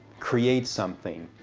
create something,